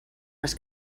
les